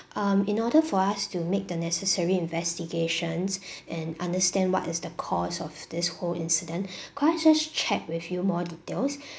um in order for us to make the necessary investigations and understand what is the cause of this whole incident could I just check with you more details